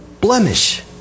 blemish